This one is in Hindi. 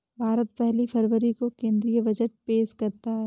भारत पहली फरवरी को केंद्रीय बजट पेश करता है